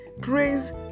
praise